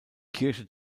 kirche